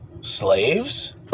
slaves